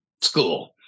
school